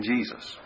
Jesus